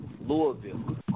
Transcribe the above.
Louisville